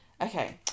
Okay